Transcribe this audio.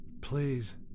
please